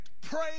pray